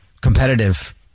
competitive